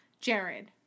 Jared